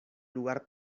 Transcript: lugar